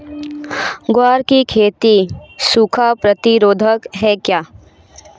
ग्वार की खेती सूखा प्रतीरोधक है क्या?